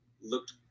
looked